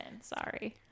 Sorry